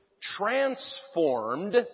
transformed